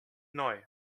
neu